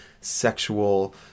sexual